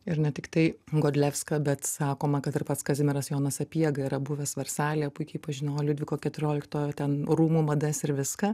ir ne tiktai godlevskio bet sakoma kad ir pats kazimieras jonas sapiega yra buvęs versalyje puikiai pažinojo liudviko keturiolikto ten rūmų madas ir viską